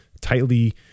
tightly